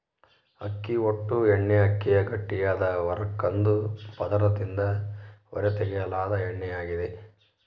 ಅಕ್ಕಿ ಹೊಟ್ಟು ಎಣ್ಣೆಅಕ್ಕಿಯ ಗಟ್ಟಿಯಾದ ಹೊರ ಕಂದು ಪದರದಿಂದ ಹೊರತೆಗೆಯಲಾದ ಎಣ್ಣೆಯಾಗಿದೆ